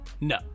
No